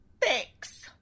Thanks